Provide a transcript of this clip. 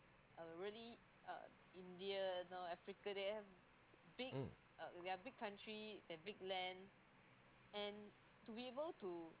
mm